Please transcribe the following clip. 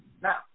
Now